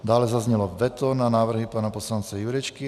Dále zaznělo veto na návrhy pana poslance Jurečky.